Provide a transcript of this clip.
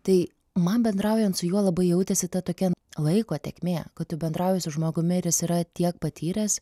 tai man bendraujant su juo labai jautėsi ta tokia laiko tėkmė kad tu bendrauji su žmogumi ir jis yra tiek patyręs